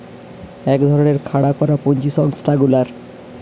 এক ধরণের খাড়া করা পুঁজি সংস্থা গুলার